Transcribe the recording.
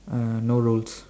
uh no rules